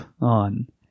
on